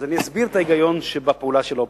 אז אני אסביר את ההיגיון שבפעולה של האופוזיציה.